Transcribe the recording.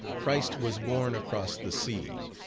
christ was born across the sea,